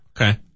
Okay